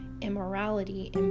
Immorality